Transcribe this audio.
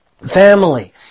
family